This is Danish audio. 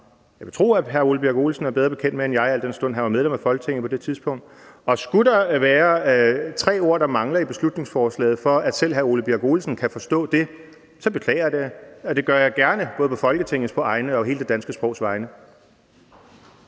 jeg vil tro hr. Ole Birk Olesen er bedre bekendt med end jeg, al den stund at han var medlem af Folketinget på det tidspunkt. Og skulle der være tre ord, der mangler i beslutningsforslaget, for at selv hr. Ole Birk Olesen kan forstå det, så beklager jeg det. Og det gør jeg gerne – både på Folketingets, på egne og på hele det danske sprogs vegne.